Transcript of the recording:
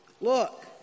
Look